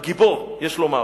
הגיבור יש לומר,